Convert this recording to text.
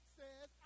says